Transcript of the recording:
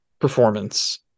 performance